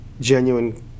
genuine